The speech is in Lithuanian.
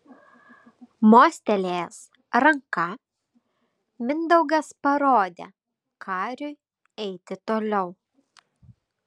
mostelėjęs ranka mindaugas parodė kariui eiti toliau